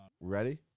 Ready